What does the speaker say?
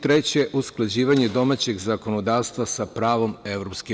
Treće, usklađivanje domaćeg zakonodavstva sa pravom EU.